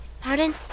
Pardon